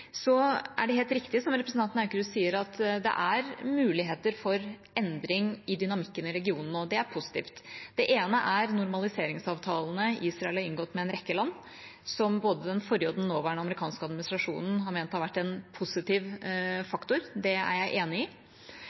Så er det helt riktig som representanten Aukrust sier, at det er muligheter for endring i dynamikken i regionen, og det er positivt. Det ene er normaliseringsavtalene Israel har inngått med en rekke land, som både den forrige og den nåværende amerikanske administrasjonen har ment har vært en positiv faktor. Det er jeg enig i.